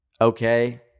Okay